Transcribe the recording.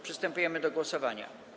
Przystępujemy do głosowania.